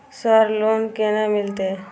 Sir loan केना मिलते?